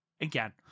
again